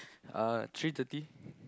uh three thirty